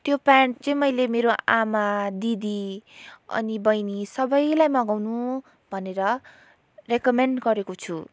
त्यो प्यान्ट चाहिँ मैले मेरो आमा दिदी अनि बहिनी सबैलाई मगाउनु भनेर रेकमेन्ड गरेको छु